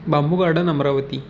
बांबू garden Amravati